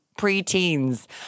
pre-teens